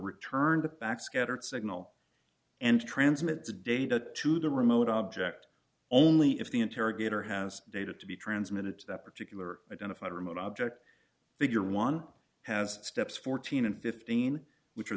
returned back scattered signal and transmits data to the remote object only if the interrogator has data to be transmitted to that particular identified remote object figure one has steps fourteen dollars fifteen cents which are